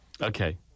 Okay